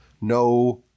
No